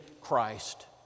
Christ